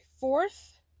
fourth